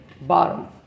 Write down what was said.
bottom